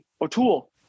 O'Toole